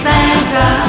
Santa